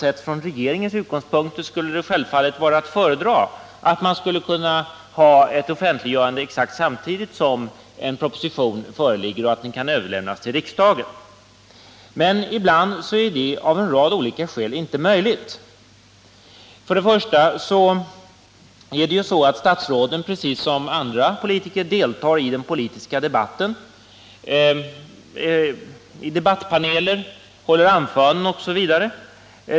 Sett från regeringens utgångspunkter skulle det självfallet vara att föredra att ett offentliggörande skulle kunna ske exakt samtidigt med att en proposition överlämnas till riksdagen. Men ibland är det av en rad olika skäl inte möjligt. För det första deltar statsråden precis som andra politiker i den politiska debatten, medverkar i debattpaneler, håller anföranden osv.